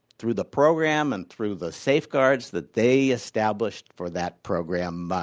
through the program and through the safeguards that they established for that program, ah